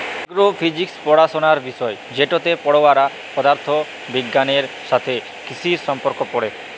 এগ্র physics পড়াশলার বিষয় যেটতে পড়ুয়ারা পদাথথ বিগগালের সাথে কিসির সম্পর্ক পড়ে